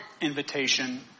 invitation